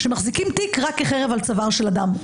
שמחזיקים תיק רק כחרב על צוואר של אדם.